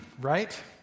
right